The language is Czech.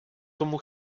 tomu